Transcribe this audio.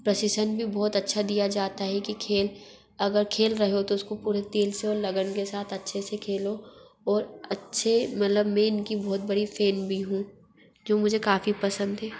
प्रशिक्षण भी बहुत अच्छा दिया जाता है कि खेल अगर खेल रहे हो तो इसको पूरे दिल से और लगन के साथ अच्छे से खेलो ओर अच्छे मतलब मैं इनकी बहुत बड़ी फ़ेन भी हूँ जो मुझे काफ़ी पसंद है